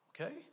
Okay